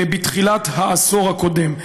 בתחילת העשור הקודם,